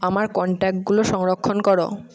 আমার কন্ট্যাক্টগুলো সংরক্ষণ কর